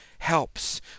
Helps